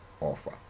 offer